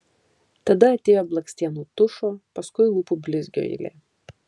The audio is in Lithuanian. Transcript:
tada atėjo blakstienų tušo paskui lūpų blizgio eilė